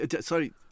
sorry